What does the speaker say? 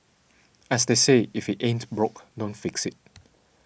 as they say if it ain't broke don't fix it